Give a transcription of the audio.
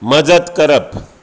मजत करप